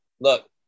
Look